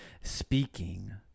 speaking